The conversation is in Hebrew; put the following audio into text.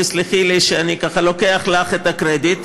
תסלחי לי שאני ככה לוקח לך את הקרדיט,